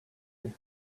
you